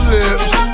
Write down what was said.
lips